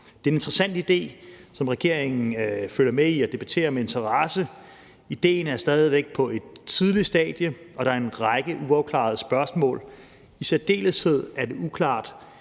Det er en interessant idé, som regeringen følger med i og debatterer med interesse. Idéen er stadig væk på et tidligt stadie, og der er en række uafklarede spørgsmål. I særdeleshed er det uklart,